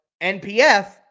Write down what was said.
NPF